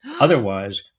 Otherwise